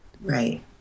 Right